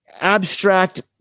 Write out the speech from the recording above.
abstract